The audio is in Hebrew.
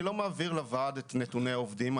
אני לא מעביר לוועד את נתוני העובדים.